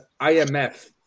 IMF